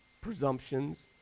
presumptions